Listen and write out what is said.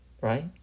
right